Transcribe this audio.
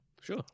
Sure